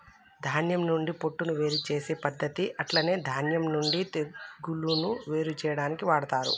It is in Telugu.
ధాన్యం నుండి పొట్టును వేరు చేసే పద్దతి అట్లనే ధాన్యం నుండి తెగులును వేరు చేయాడానికి వాడతరు